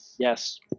Yes